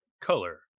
color